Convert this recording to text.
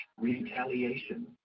retaliation